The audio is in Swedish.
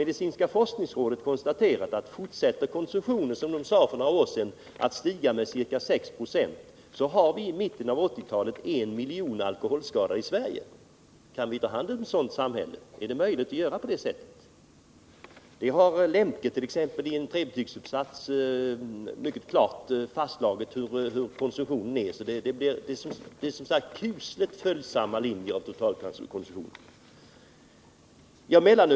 Medicinska forskningsrådet har för några år sedan konstaterat att om alkoholkonsumtionen — som den då gjorde — stiger med ca 6 96 per år, kommer vi i mitten av 1980-talet att ha en miljon alkoholskadade i Sverige. Kan vi ta hand om ett sådant samhälle? Är det möjligt att tillåta detta? Jag vill bl.a. peka på att Lemkeii en trebetygsuppsats mycket klart har fastslagit den — som jag sade — kusliga följsamhet till totalkonsumtionen som alkoholskadorna uppvisar.